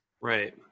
Right